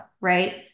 right